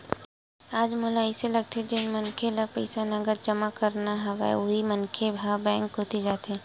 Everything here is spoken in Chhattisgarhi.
आज मोला अइसे लगथे जेन मनखे ल पईसा नगद जमा करना हवय उही मनखे ह बेंक कोती जाथे